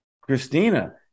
Christina